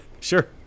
sure